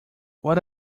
what